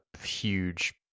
huge